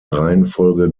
reihenfolge